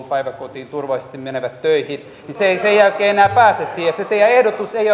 päiväkotiin turvallisesti menevät töihin eivät sen jälkeen enää pääse niihin se teidän ehdotuksenne ei